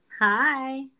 Hi